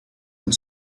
and